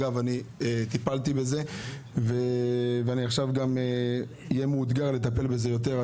אני טיפלתי בזה ואני עכשיו גם אהיה מאותגר לטפל בזה יותר.